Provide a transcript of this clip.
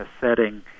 setting